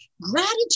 Gratitude